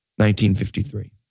1953